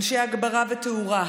אנשי הגברה ותאורה,